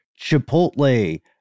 Chipotle